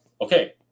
okay